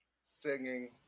Singing